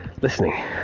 listening